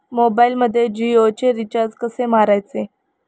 मोबाइलमध्ये जियोचे रिचार्ज कसे मारायचे?